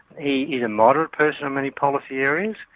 he is a moderate person on many policy areas,